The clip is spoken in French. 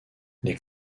les